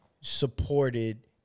supported